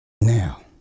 now